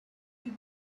you